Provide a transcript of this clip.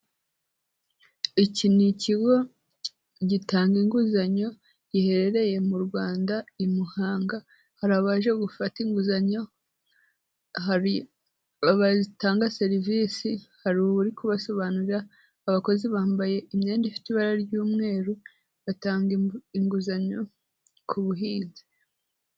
Iki ni ikigo gitanga inguzanyo giherereye mu Rwanda, i Muhanga hari abaje gufata inguzanyo, hari batanga serivisi, hari uri kubasobanurira, abakozi bambaye imyenda ifite ibara ry'umweru, batanga inguzanyo ku buhinzi.